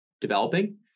developing